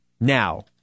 now